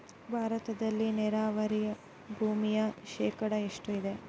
ಭಾರತದಲ್ಲಿ ನೇರಾವರಿ ಭೂಮಿ ಶೇಕಡ ಎಷ್ಟು ಇದೆ?